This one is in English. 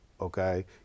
okay